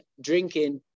drinking